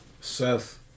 Seth